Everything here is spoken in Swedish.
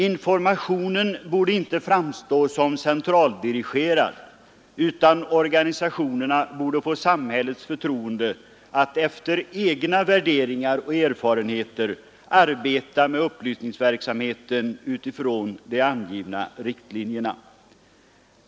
Informationen borde inte framstå som centraldirigerad, utan organisationerna borde få samhällets förtroende att efter egna värderingar och erfarenheter arbeta med upplysningsverksamheten utifrån de angivna riktlinjerna.